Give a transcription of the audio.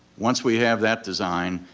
once we have that design,